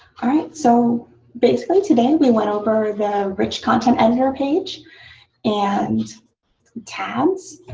all right. so basically today and we went over the rich content editor page and tabs